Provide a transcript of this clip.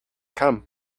come